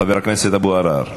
חבר הכנסת אבו עראר.